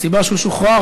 הסיבה שהוא שוחרר,